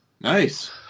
Nice